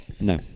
No